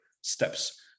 steps